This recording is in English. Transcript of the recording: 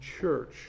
church